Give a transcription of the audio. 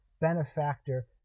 benefactor